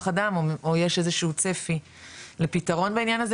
אדם או יש איזה שהוא צפי לפתרון בעניין הזה?